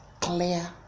clear